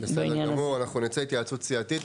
בסדר גמור, אנחנו נצא להתייחסות סיעתית.